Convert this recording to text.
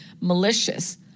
malicious